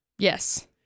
Yes